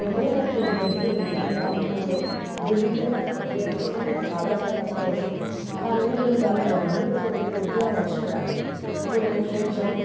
రపు నాకు ఇంటర్వ్యూ ఉంది దానికోసం ధృవీకరణ ప్రక్రియ కోసం నాకు ఆధార్ కార్డ్ అత్యవసరం కానీ నేను దాన్ని డౌన్లోడ్ చెయ్యడం పూర్తిగా మర్చిపోయాను ఇప్పుడు నేను కొంచెం